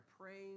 praying